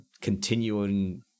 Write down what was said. continuing